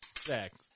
Sex